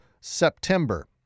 September